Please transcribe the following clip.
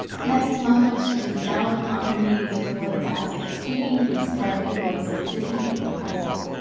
next moment, she was down upon her knees before the basket speaking in a sprightly voice, and busy with the parcels.